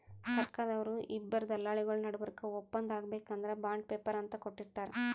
ಸರ್ಕಾರ್ದವ್ರು ಇಬ್ಬರ್ ದಲ್ಲಾಳಿಗೊಳ್ ನಡಬರ್ಕ್ ಒಪ್ಪಂದ್ ಆಗ್ಬೇಕ್ ಅಂದ್ರ ಬಾಂಡ್ ಪೇಪರ್ ಅಂತ್ ಕೊಟ್ಟಿರ್ತಾರ್